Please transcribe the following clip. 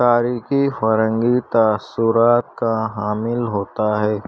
تاریخی فرنگی تأثرات کا حامل ہوتا ہے